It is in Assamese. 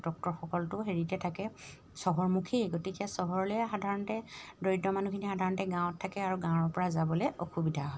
ডক্তৰসকলতো হেৰিতে থাকে চহৰমুখী গতিকে চহৰলৈ সাধাৰণতে দৰিদ্ৰ মানুহখিনি সাধাৰণতে গাঁৱত থাকে আৰু গাঁৱৰপৰা যাবলৈ অসুবিধা হয়